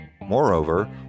Moreover